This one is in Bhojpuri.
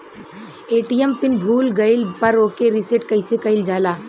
ए.टी.एम पीन भूल गईल पर ओके रीसेट कइसे कइल जाला?